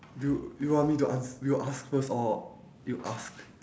do do you want me to ans~ you ask first or you ask